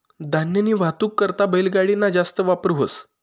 धान्यनी वाहतूक करता बैलगाडी ना जास्त वापर व्हस